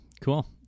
Cool